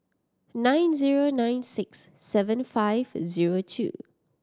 nine zero nine six seven five zero two